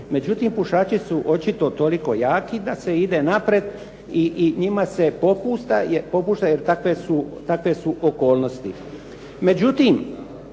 Međutim, pušači su očito toliko jaki da se ide naprijed i njima se popušta jer takve su okolnosti.